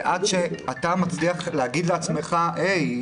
עד שאתה מצליח להגיד לעצמך: הי,